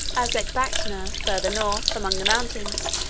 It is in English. as ecbatana, further north, among the mountains,